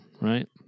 right